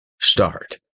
start